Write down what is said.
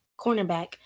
cornerback